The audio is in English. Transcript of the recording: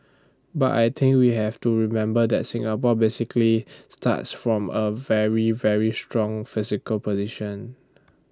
but I think we have to remember that Singapore basically starts from A very very strong physical position